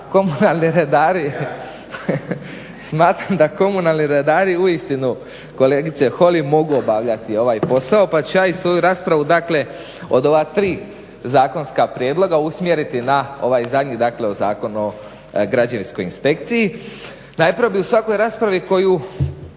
komunalni redari uistinu kolegice Holy mogu obavljati ovaj posao pa ću ja i svoju raspravu dakle od ova tri zakonska prijedloga usmjeriti na ovaj zadnji, dakle Zakon o građevinskoj inspekciji. Najprije bih u svakoj raspravi koju